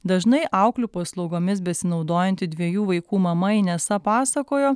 dažnai auklių paslaugomis besinaudojanti dviejų vaikų mama inesa pasakojo